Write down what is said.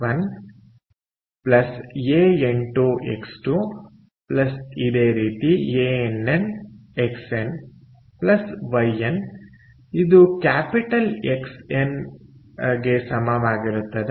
ann Xn Ynಇದು capital X n ಗೆ ಸಮಾನವಾಗಿರುತ್ತದೆ